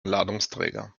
ladungsträger